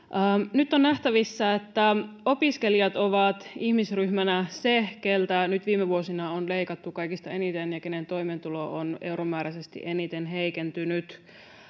nyt on nähtävissä että opiskelijat ovat ihmisryhmänä se jolta nyt viime vuosina on leikattu kaikista eniten ja jonka toimeentulo on euromääräisesti eniten heikentynyt